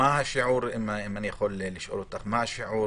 אם אני יכול לשאול אותך, מהו השיעור